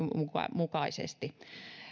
mukaisesti